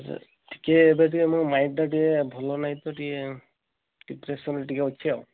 sir ଟିକିଏ ଏବେ ଟିକିଏ ମୋ ମାଇଣ୍ଡ୍ଟା ଟିକିଏ ଭଲ ନାହିଁ ତ ଟିକିଏ ଡିପ୍ରେଶନ୍ରେ ଟିକିଏ ଅଛି ଆଉ